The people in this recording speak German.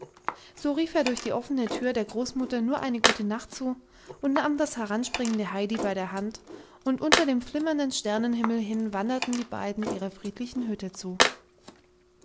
so rief er durch die offene tür der großmutter nur eine gute nacht zu und nahm das heranspringende heidi bei der hand und unter dem flimmernden sternenhimmel hin wanderten die beiden ihrer friedlichen hütte zu